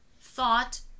thought